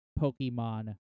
Pokemon